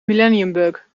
millenniumbug